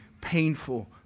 painful